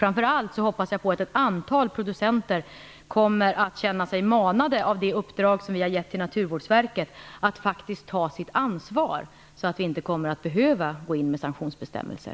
Framför allt hoppas jag att ett antal producenter kommer att känna sig manade - av det uppdrag som vi har gett till Naturvårdsverket - att ta sitt ansvar, så att vi inte behöver gå in med sanktionsbestämmelser.